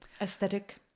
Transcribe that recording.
aesthetic